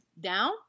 down